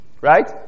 Right